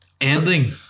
Ending